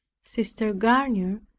sister garnier,